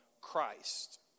Christ